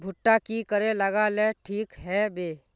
भुट्टा की करे लगा ले ठिक है बय?